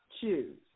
choose